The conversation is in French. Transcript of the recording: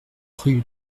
rue